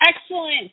Excellent